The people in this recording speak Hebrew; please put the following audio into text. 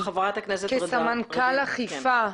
כסמנכ"ל אכיפה,